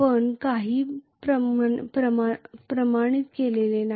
आपण काहीही प्रमाणित केलेले नाही